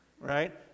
Right